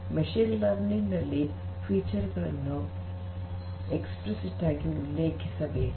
machine learning ನಲ್ಲಿ ವೈಶಿಷ್ಟ್ಯಗಳನ್ನು explicit ಆಗಿ ಉಲ್ಲೇಖಿಸಬೇಕು